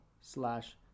slash